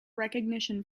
recognition